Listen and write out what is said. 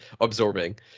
absorbing